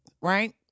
right